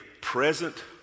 present